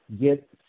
get